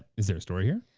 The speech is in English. is there a story here?